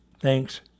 thanks